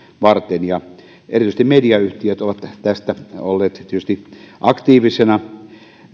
varten erityisesti mediayhtiöt ovat tässä olleet tietysti aktiivisena